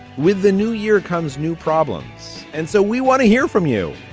with the new year comes new problems and so we want to hear from you.